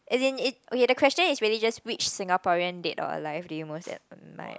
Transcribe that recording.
as in it okay the question is really just which Singaporean dead or alive do you most admire like